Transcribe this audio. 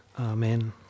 Amen